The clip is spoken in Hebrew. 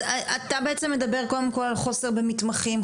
אז אתה מדבר בעצם קודם כל חוסר במתמחים,